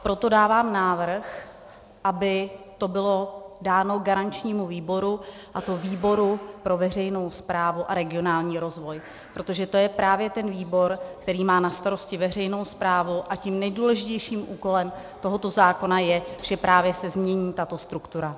Proto dávám návrh, aby to bylo dáno garančnímu výboru, a to výboru pro veřejnou správu a regionální rozvoj, protože to je právě ten výbor, který má na starosti veřejnou správu, a tím nejdůležitějším úkolem tohoto zákona je, že právě se změní tato struktura.